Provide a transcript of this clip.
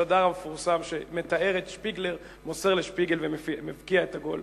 השדר המפורסם שמתאר את שפיגלר מוסר לשפיגל ומבקיע את הגול.